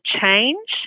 change